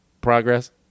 progress